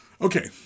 Okay